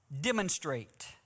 demonstrate